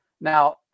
now